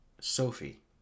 Sophie